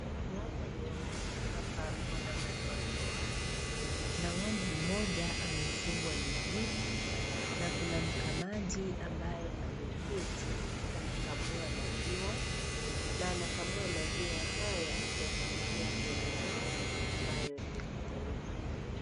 Ng'ombe ni wawili hapa wana madoa doa na ng'ombe mmoja amefungwa miguu na kuna mkamaji ambaye ameketi anakamua maziwa na anakamua maziwa haya yakiingia kwenye ndoo ambayo ni nyeupe.